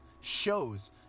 Shows